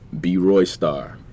B-Roystar